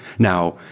now,